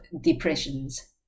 depressions